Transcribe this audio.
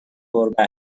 گربه